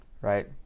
right